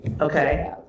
okay